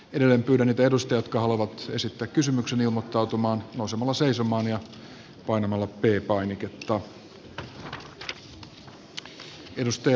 edelleen pyydän niitä edustajia jotka haluavat esittää kysymyksen ilmoittautumaan nousemalla seisomaan ja painamalla p painiketta